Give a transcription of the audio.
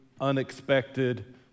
unexpected